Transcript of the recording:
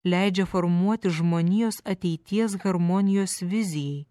leidžia formuoti žmonijos ateities harmonijos vizijai